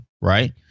right